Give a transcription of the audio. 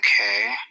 Okay